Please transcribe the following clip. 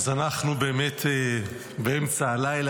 אז אנחנו באמת באמצע הלילה.